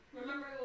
Remember